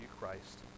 Christ